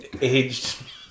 aged